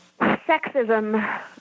sexism